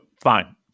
Fine